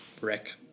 brick